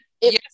Yes